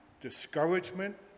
discouragement